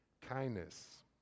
Kindness